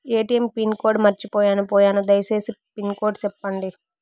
ATM pin code మర్చిపోయాను పోయాను దయసేసి పిన్ కోడ్ సెప్పండి?